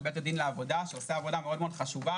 בעת הדין לעבודה שעושה עבודה חשובה מאוד,